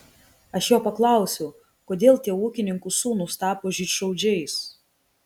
aš jo paklausiau kodėl tie ūkininkų sūnūs tapo žydšaudžiais